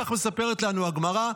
כך מספרת לנו הגמרא.